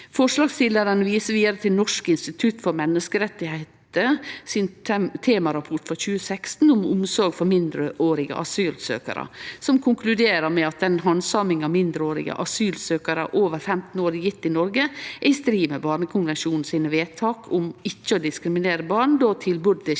Forslagsstillarane viser vidare til Noregs institusjon for menneskerettar sin temarapport frå 2016, om omsorg for mindreårige asylsøkjarar, som konkluderer med at den handsaminga mindreårige asylsøkjarar over 15 år blir gjeve i Noreg, er i strid med barnekonvensjonen sine vedtak om ikkje å diskriminere barn, då tilbodet skil seg